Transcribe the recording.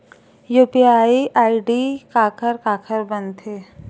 UPI ID काखर काखर बनथे?